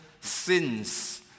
sins